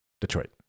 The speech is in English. Detroit